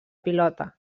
pilota